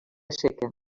seca